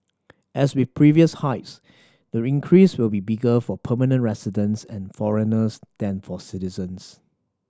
as with previous hikes the increase will be bigger for permanent residents and foreigners than for citizens